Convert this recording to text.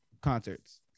concerts